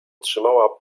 trzymała